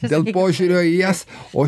dėl požiūrio į jas o